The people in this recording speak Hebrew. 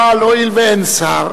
הואיל ואין שר,